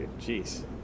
Jeez